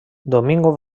domingo